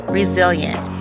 resilient